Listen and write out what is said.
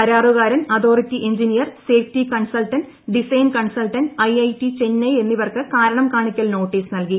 കരാറുകാരൻ authority engineer safety consultant design consultant IIT Chennai എന്നിവർക്ക് കാരണംകാണിക്കൽ നോട്ടീസ് നല്കി